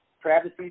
Travis